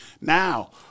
Now